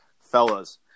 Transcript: fellas